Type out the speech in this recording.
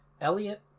Elliot